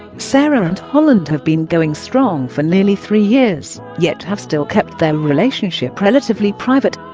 sarah and holland have been going strong for nearly three years, yet have still kept their relationship relatively private